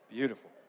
Beautiful